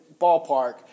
ballpark